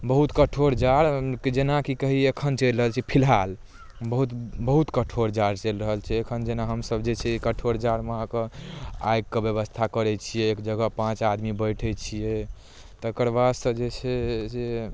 बहुत कठोर जाढ़ कि जेनाकी की कही एखन चलि रहल छै फिलहाल बहुत बहुत कठोर जाढ़ चलि रहल छै एखन जेना हमसब जे छै कठोर जाढ़मे आ कऽ आगि कऽ व्यवस्था करैत छियै एक जगह पाँच आदमी बैठैत छियै तकरबादसँ जे छै जे